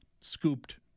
scooped